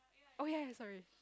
oh ya sorry